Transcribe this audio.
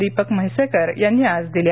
दीपक म्हैसेकर यांनी आज दिल्या